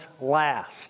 last